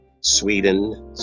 Sweden